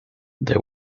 they